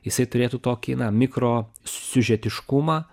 jisai turėtų tokį na mikro siužetiškumą